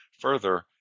Further